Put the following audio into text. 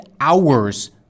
hours